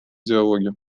диалоге